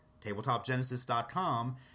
tabletopgenesis.com